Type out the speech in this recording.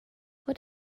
what